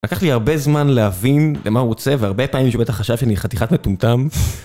לקח לי הרבה זמן להבין למה הוא רוצה והרבה פעמים שהוא בטח חשב שאני חתיכת מטומטם